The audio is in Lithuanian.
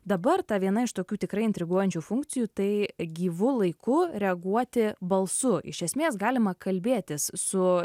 dabar ta viena iš tokių tikrai intriguojančių funkcijų tai gyvu laiku reaguoti balsu iš esmės galima kalbėtis su